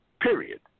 period